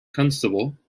constable